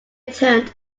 turned